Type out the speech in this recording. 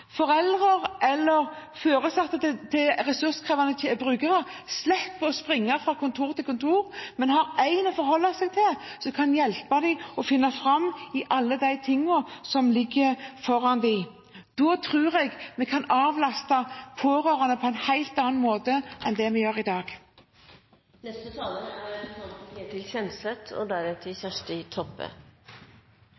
foreldre eller foresatte til ressurskrevende brukere slipper å springe fra kontor til kontor, men har én å forholde seg til som kan hjelpe dem å finne fram i alt det som ligger foran dem. Da tror jeg vi kan avlaste pårørende på en helt annen måte enn det vi gjør i dag. Aller først takk til interpellanten for en viktig interpellasjon, og for å reise en viktig debatt. Som folkevalgt er